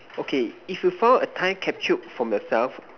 okay if you found a time captured from yourself